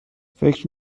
فکر